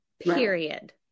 Period